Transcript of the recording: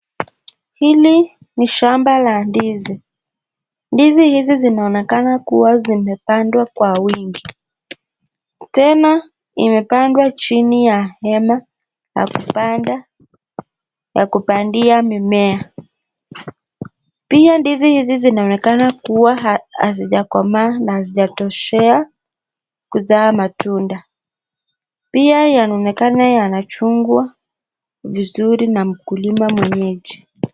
Hili ni shamba la ndizi, ndizi hizi zinaonekana kuwa zimepandwa kwa wingi, tena imepandwa chini ya hema ya kupandia mimea, pia ndizi hizi zinaonekana kuwa hasijakoma na hazijatoshea kuzaa matunda pia yanaoneka yanachungwa vizuri na mkulima mwenyeji.